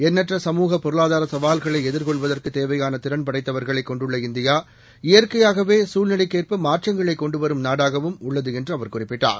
எண்ணற்ற சமூகப் பொருளாதாரசவால்களைஎதிர்கொள்வதற்குத் தேவையானதிறன் படைத்தவர்களைக் கொண்டுள்ள இந்தியா இயற்கையாகவேகுழ்நிலைக்கேற்பமாற்றங்களைகொண்டுவரும் நாடாகவும் உள்ளதுஎன்றுஅவர் குறிப்பிட்டார்